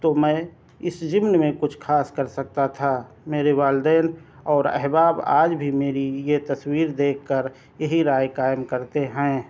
تو میں اِس ضمن میں کچھ خاص کر سکتا تھا میرے والدین اور احباب آج بھی میری یہ تصویر دیکھ کر یہی رائے قائم کرتے ہیں